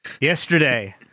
Yesterday